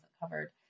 covered